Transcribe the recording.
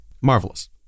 Marvelous